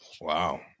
Wow